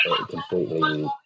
completely